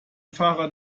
fahrrad